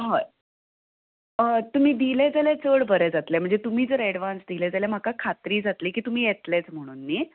हय तुमी दिलें जाल्यार चड बरें जातलें म्हणजे तुमी जर एडवांस दिलें जाल्यार म्हाका खात्री जातली तुमी येतलेच म्हणून न्हय